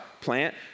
plant